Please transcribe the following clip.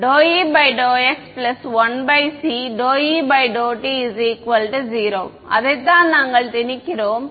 ∂E∂x 1c∂E∂t 𝟢 அதைத்தான் நாங்கள் திணிக்கின்றோம்